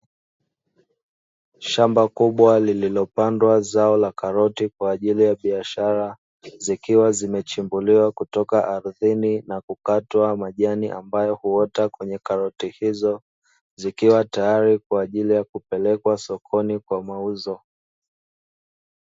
Shamba kubwa lililopandwa zao la karoti kwa ajili ya biashara, zikiwa zimechimbuliwa kutoka ardhini na kukatwa majani ambayo huota kwenye karoti hizo, zikiwa tayari kwa ajili ya kupelekwa sokoni kwa mauzo.